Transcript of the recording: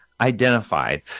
identified